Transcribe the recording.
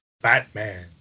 Batman